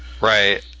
Right